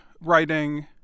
writing